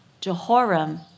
Jehoram